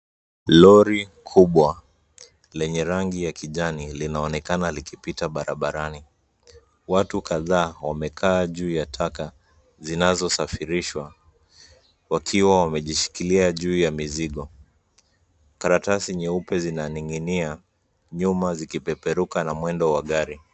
Lori kubwa, lenye rangi ya kijani, linaonekana likipita barabarani. Watu kadhaa wamekaa juu ya taka zinazosafirishwa, wakiwa wamejishikilia juu ya mizigo. Karatasi nyeupe zinaning'inia nyuma, zikipeperuka na mwendo wa gari.